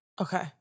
Okay